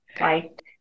Right